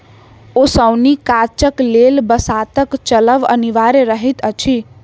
ओसौनी काजक लेल बसातक चलब अनिवार्य रहैत अछि